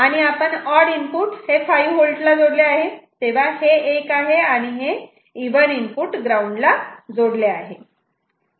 आणि आपण odd input 5V ला जोडले आहे तेव्हा हे 1 आहे आणि इव्हन इनपुट ग्राऊंड ला जोडले आहे